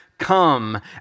Come